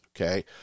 okay